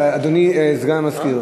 אדוני סגן המזכיר,